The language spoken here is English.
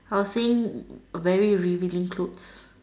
I was saying very revealing clothes